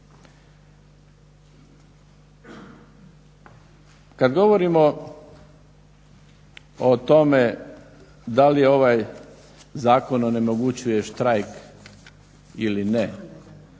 Kad govorimo o tome da li ovaj zakon onemogućuje štrajk ili ne,